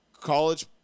college